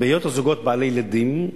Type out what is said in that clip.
בהיות הזוגות בעלי ילדים,